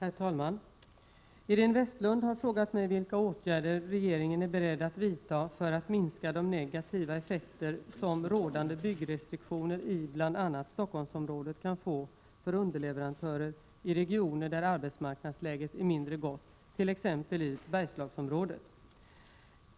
Herr talman! Iréne Vestlund har frågat mig vilka åtgärder regeringen är beredd att vidta för att minska de negativa effekter som rådande byggrestriktioner i bl.a. Stockholmsområdet kan få för underleverantörer i regioner där arbetsmarknadsläget är mindre gott, t.ex. i Bergslagsområdet.